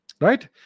Right